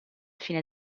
fine